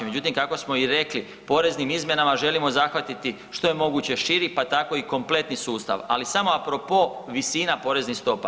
Međutim kako smo i rekli, poreznim izmjenama želimo zahvatiti što je moguće širi pa tako i kompletni sustav, ali samo a propos visina poreznih stopa.